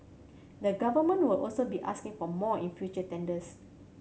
the Government will also be asking for more in future tenders